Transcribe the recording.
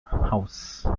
house